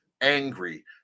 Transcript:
angry